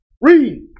Read